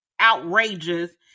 outrageous